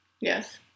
Yes